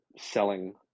selling